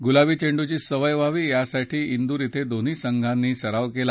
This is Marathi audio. गुलाबी चेंडूची सवय व्हावी यासाठी कूर कं दोन्ही संघांनी सराव केला